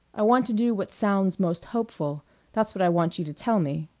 i want to do what sounds most hopeful that's what i want you to tell me.